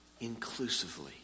inclusively